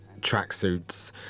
tracksuits